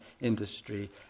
industry